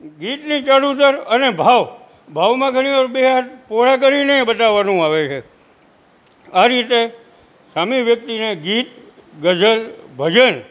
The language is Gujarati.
ગીતની જરૂરત અને ભાવ ભાવમાં ઘણી વાર બે હાથ પહોળા કરીનેય બતાવાનું આવે છે આ રીતે સામે વ્યક્તિને ગીત ગઝલ ભજન